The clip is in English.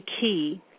key